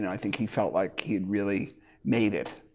and i think he felt like he'd really made it.